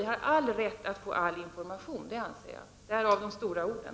Vi har all rätt att få all information, anser jag — därav de stora orden.